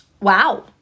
Wow